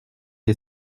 est